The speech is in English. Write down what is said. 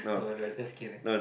no lah no lah just kidding